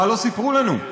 מה לא סיפרו לנו,